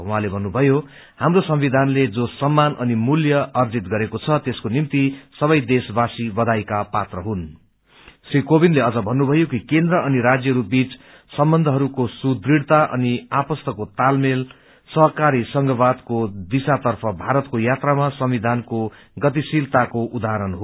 उहाँले भन्नुभयो हााम्रो संविधानको जो सम्मान अनि मूल्य अर्जित गरेको छ त्यसको निम्ति सबे देशवासी बधाईका पात्र हुनूं श्री कोविन्दले अझ भन्नुभयो कि केन्द्र अनि राज्यहरू बीच सम्बन्धहरूको सुदृढ़ता अनि आपस्तको तालमेल सहकारी संघवादको दिशा तर्फ भारतको यात्रामा संविधानको गतिशीलताको उदाहरण हो